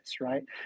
right